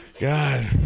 god